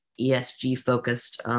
ESG-focused